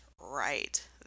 right